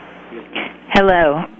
hello